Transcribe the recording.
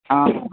ହଁ